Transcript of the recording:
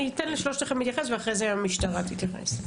אני אתן לשלושתכם להתייחס ואחרי זה המשטרה תתייחס.